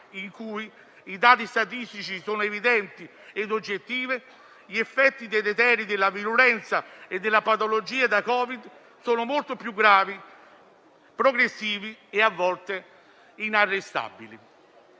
secondo dati statistici evidenti ed oggettivi, gli effetti deleteri della virulenza e della patologia da Covid sono molto più gravi, progressivi e, a volte, inarrestabili.